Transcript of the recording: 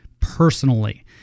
personally